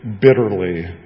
bitterly